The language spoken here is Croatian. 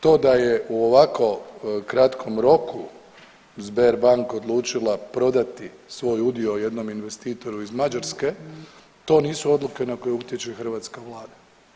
To da je u ovako kratkom roku Sberbank odlučila prodati svoj udio jednom investitoru iz Mađarske to nisu odluke na koje utječe hrvatska Vlada.